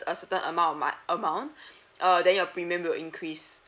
a certain amount of mo~ amount uh then your premium will increase